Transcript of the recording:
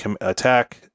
attack